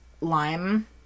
lime